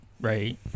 right